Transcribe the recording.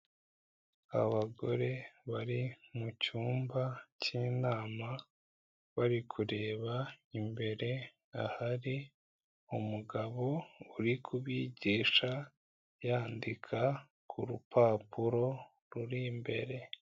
Abagore bari mu cyumba cy'inama bari kureba imbere ahari umugabo uri kubigisha yandika ku rupapuro ruri imbere.